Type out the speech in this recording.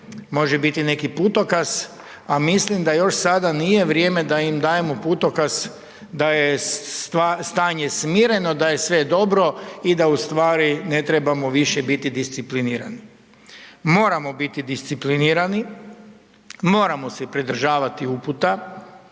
može biti neki putokaz, a mislim da još sada nije vrijeme da im dajemo putokaz da je stanje smireno, da je sve dobro i da ustvari ne trebamo više biti disciplinirani. Moramo biti disciplinirani, moramo se pridržavati uputa,